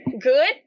Good